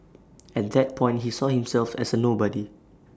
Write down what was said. and that point he saw himself as A nobody